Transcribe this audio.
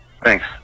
thanks